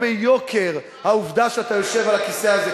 ביוקר העובדה שאתה יושב על הכיסא הזה,